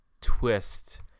twist